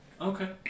Okay